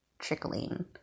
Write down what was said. trickling